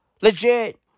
Legit